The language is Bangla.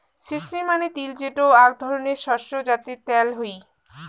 সিস্মি মানে তিল যেটো আক ধরণের শস্য যাতে ত্যাল হই